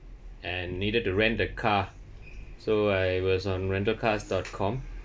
and needed to rent the car so I was on rental cars dot com